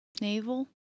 Naval